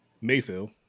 Mayfield